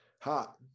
Hot